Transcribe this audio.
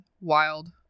wild